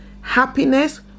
happiness